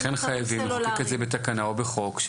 לכן חייבים לחוקק את זה בתקנה או בחוק,